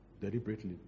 Deliberately